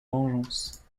vengeance